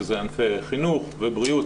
שזה ענפי חינוך ובריאות,